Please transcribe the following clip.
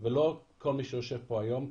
ולא כל מי שיושב פה היום.